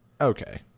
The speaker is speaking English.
Okay